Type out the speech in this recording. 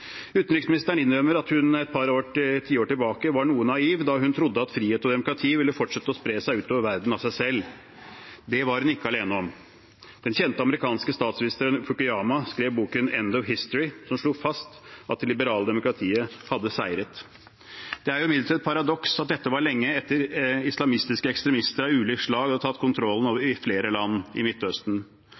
Utenriksministeren innrømmer at hun et par tiår tilbake var noe naiv da hun trodde at frihet og demokrati ville fortsette å spre seg utover verden av seg selv. Det var hun ikke alene om. Den kjente amerikanske statsviteren Fukuyama skrev boken «The End of History and the Last Man», som slo fast at det liberale demokratiet hadde seiret. Det er imidlertid et paradoks at dette var lenge etter at islamistiske ekstremister av ulikt slag hadde tatt kontrollen over flere land i Midtøsten.